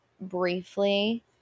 briefly